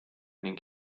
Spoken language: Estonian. ning